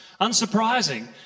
Unsurprising